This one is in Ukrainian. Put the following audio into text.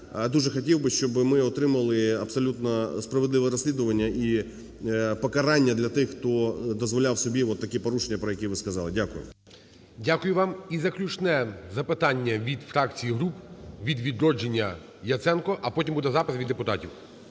дуже хотів би, щоб ми отримали абсолютно справедливе розслідування і покарання для тих, хто дозволяв собі такі порушення, про які ви сказали. Дякую. ГОЛОВУЮЧИЙ. Дякую вам. І заключне запитання від фракцій і груп: від "Відродження" – Яценко, а потім буде запис від депутатів.